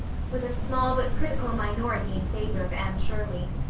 with small but critical minority in favor of anne shirley.